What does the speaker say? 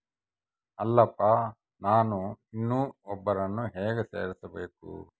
ಅಲ್ಲಪ್ಪ ನಾನು ಇನ್ನೂ ಒಬ್ಬರನ್ನ ಹೇಗೆ ಸೇರಿಸಬೇಕು?